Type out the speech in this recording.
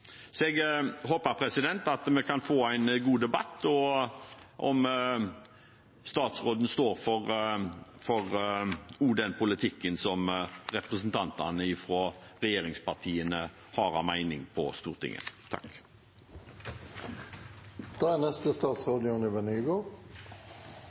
Jeg håper at vi kan få en god debatt, om statsråden står for den politikken som representantene fra regjeringspartiene har en mening om på Stortinget.